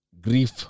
Grief